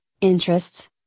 interests